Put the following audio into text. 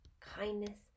kindness